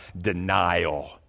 denial